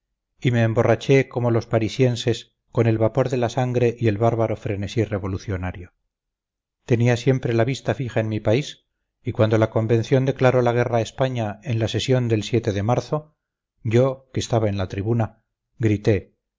y me emborraché como los parisienses con el vapor de la sangre y el bárbaro frenesí revolucionario tenía siempre la vista fija en mi país y cuando la convención declaró la guerra a españa en la sesión del de marzo yo que estaba en la tribuna grité